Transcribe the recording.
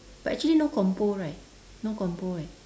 but actually no compo right no compo right